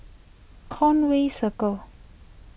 Conway Circle